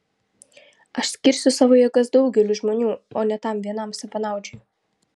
aš skirsiu savo jėgas daugeliui žmonių o ne tam vienam savanaudžiui